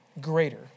greater